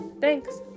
Thanks